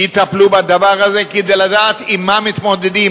שיטפלו בדבר הזה, כדי לדעת עם מה מתמודדים.